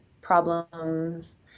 problems